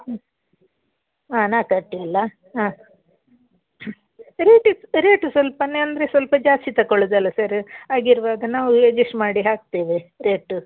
ಹ್ಞೂ ಹಾಂ ನಾ ಕಟ್ಟಿಲ್ಲ ಹಾಂ ರೇಟ್ ರೇಟು ಸ್ವಲ್ಪ ಅಂದರೆ ಸ್ವಲ್ಪ ಜಾಸ್ತಿ ತಗೋಳೋದೆಲ ಸರ್ ಹಾಗಿರುವಾಗ ನಾವು ಎಡ್ಜಸ್ಟ್ ಮಾಡಿ ಹಾಕ್ತೇವೆ ರೇಟು